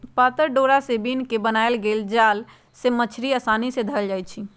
पातर डोरा से बिन क बनाएल गेल जाल से मछड़ी असानी से धएल जाइ छै